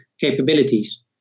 capabilities